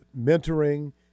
mentoring